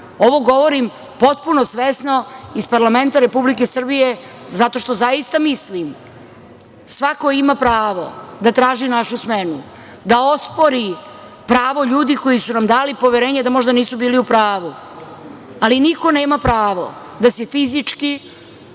govorim potpuno svesno iz parlamenta Republike Srbije zato što zaista mislim, svako ima pravo da traži našu smenu da ospori pravo ljudi koji su nam dali poverenje da možda nisu bili u pravu, ali niko nema pravo da se fizički,